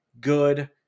good